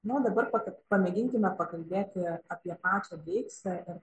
na o dabar paka pamėginkime pakalbėti apie pačią deiksę ir